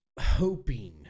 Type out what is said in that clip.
hoping